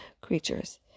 creatures